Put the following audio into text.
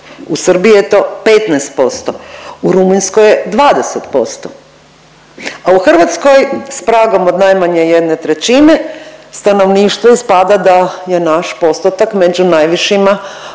U Srbiji je to 15%, u Rumunjskoj je 20%, a u Hrvatskoj s pragom od najmanje 1/3 stanovništva ispada da je naš postotak među najvišima u,